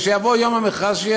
כשיבוא יום המכרז,